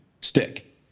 stick